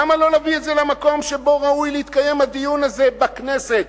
למה לא להביא את זה למקום שבו ראוי להתקיים הדיון הזה בכנסת?